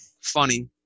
funny